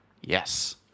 Yes